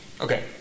Okay